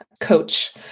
coach